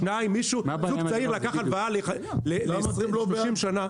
שתיים, זוג צעיר לקח הלוואה ל-20-30 שנה.